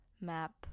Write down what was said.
map